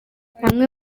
hamwe